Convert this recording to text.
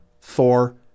Thor